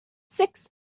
six